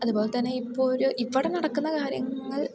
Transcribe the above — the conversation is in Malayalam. അതുപോലെ തന്നെ ഇപ്പോൾ ഒരു ഇവിടെ നടക്കുന്ന കാര്യങ്ങൾ